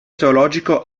teologico